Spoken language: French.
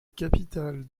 capitale